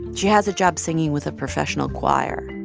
she has a job singing with a professional choir.